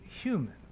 human